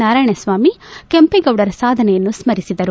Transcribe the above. ನಾರಾಯಣಸ್ನಾಮಿ ಕೆಂಪೇಗೌಡರ ಸಾಧನೆಯನ್ನು ಸ್ಥರಿಸಿದರು